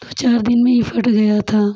दो चार दिन में ही फट गया था